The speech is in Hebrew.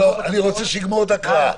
רוצה שהוא יגמור את ההקראה.